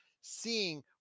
seeing